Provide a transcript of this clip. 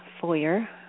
foyer